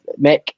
Mick